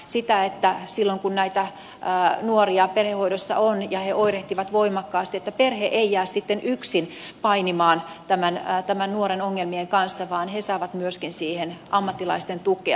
sitä että silloin kun näitä nuoria perhehoidossa on ja he oirehtivat voimakkaasti perhe ei jää sitten yksin painimaan tämän nuoren ongelmien kanssa vaan se saa siihen myöskin ammattilaisten tukea